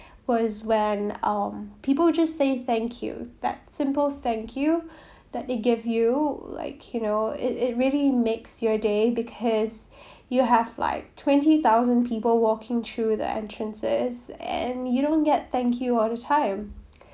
was when um people just say thank you that simple thank you that it gave you like you know it it really makes your day because you'll have like twenty thousand people walking through the entrances and you don't get thank you all the time